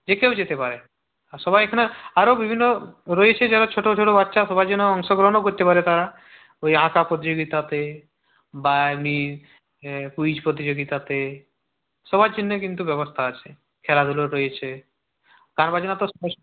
যে কেউ যেতে পারে আর সবাই এখানে আরও বিভিন্ন রয়েছে যারা ছোট ছোট বাচ্চা সবাই যেন অংশগ্রহণও করতে পারে তারা ওই আঁকা প্রতিযোগিতাতে বা এমনি ক্যুইজ প্রতিযোগিতাতে সবার জন্যে কিন্তু ব্যবস্থা আছে খেলাধুলো রয়েছে গানবাজনা তো